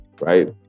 right